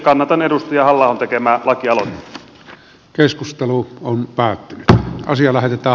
kannatan edustaja halla ahon tekemää lakialoitetta